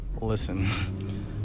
listen